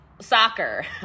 soccer